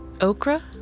Okra